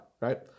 right